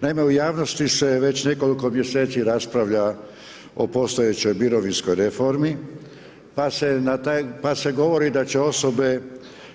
Naime u javnosti se već nekoliko mjeseci raspravlja o postojećoj mirovinskoj reformi pa se govori da će osobe